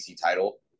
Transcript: title